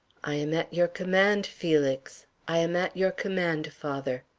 i am at your command, felix. i am at your command, father.